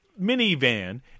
minivan